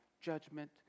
judgment